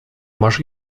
masz